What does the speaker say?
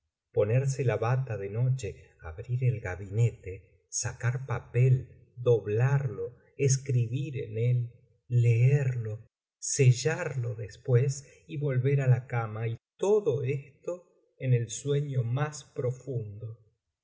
ponerse la bata de noche abrir el gabinete sacar papel doblarlo escribir en él leerlo sellarlo después y volver á la cama y todo esto en el sueño más profundo